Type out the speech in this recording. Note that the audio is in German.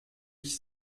ich